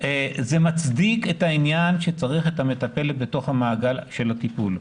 זה מצדיק את העניין שצריך את המטפלת בתוך המעגל של הטיפול.